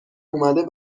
اومده